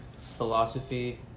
philosophy